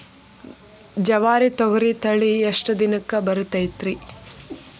ಜವಾರಿ ತೊಗರಿ ತಳಿ ಎಷ್ಟ ದಿನಕ್ಕ ಬರತೈತ್ರಿ?